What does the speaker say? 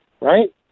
right